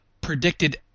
predicted